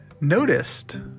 noticed